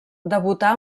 debutà